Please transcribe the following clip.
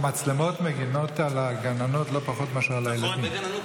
המצלמות מגינות על הגננות לא פחות מאשר על הילדים.